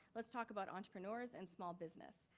let's talk about entrepreneurs and small business.